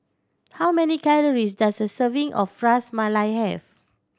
how many calories does a serving of Ras Malai have